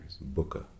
Booker